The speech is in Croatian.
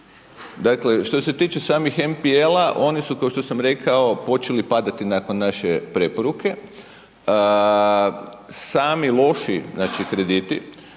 dakle, što se tiče samih MPL-a oni su kao što sam rekao počeli padati nakon naše preporuke, sami loši, znači